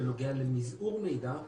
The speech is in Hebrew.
בנוגע למזעור מידע.